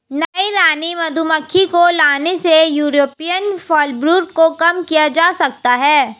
नई रानी मधुमक्खी को लाने से यूरोपियन फॉलब्रूड को कम किया जा सकता है